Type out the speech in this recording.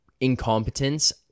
incompetence